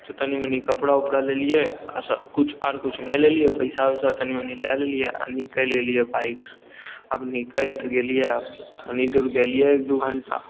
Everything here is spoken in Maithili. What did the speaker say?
तऽ तनी मनी कपड़ा ओपड़ा लेलियै आ किछु आर किछु नहि लेलियै पैसा वैसा तनी मनी लए लेलियै आ निकलि गेलियै बाइकसँ आब निकलि तऽ गेलियै आब तनी दूर गेलियै एक दू घंटा